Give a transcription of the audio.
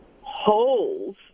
holes